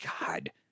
God